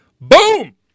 Boom